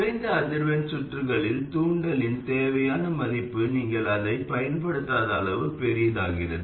குறைந்த அதிர்வெண் சுற்றுகளில் தூண்டலின் தேவையான மதிப்பு நீங்கள் அதைப் பயன்படுத்தாத அளவுக்கு பெரிதாகிறது